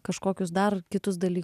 kažkokius dar kitus dalykus